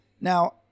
now